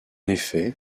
effet